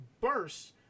burst